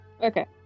Okay